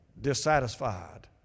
dissatisfied